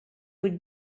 would